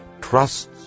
trusts